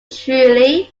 truly